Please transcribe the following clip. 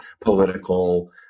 political